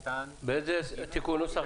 איזה תיקון נוסח נעשה?